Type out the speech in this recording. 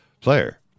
player